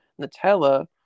Nutella